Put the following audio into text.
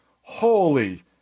Holy